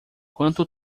quanto